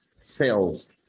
sales